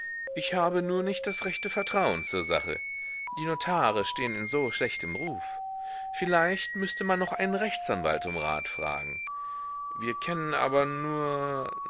ich habe nur nicht das rechte vertrauen zur sache die notare stehn in so schlechtem ruf vielleicht müßte man noch einen rechtsanwalt um rat fragen wir kennen aber nur